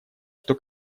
что